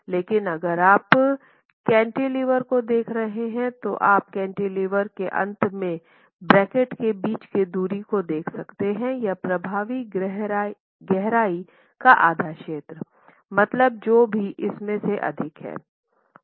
लेकिन अगर आप केंटिलीवर को देख रहे हैं तो आप केंटिलीवर के अंत से ब्रैकट के बीच की दूरी को देख सकते हैं या प्रभावी गहराई का आधा क्षेत्र मतलब जो भी इसमे से अधिक है